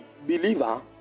believer